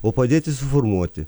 o padėti suformuoti